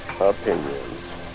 Opinions